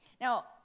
Now